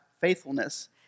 faithfulness